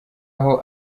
aho